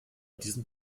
diesem